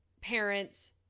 parents